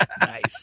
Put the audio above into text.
Nice